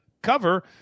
cover